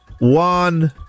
One